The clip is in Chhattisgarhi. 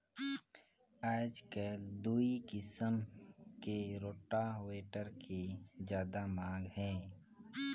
आयज कायल दूई किसम के रोटावेटर के जादा मांग हे